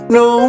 no